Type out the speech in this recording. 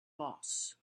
boss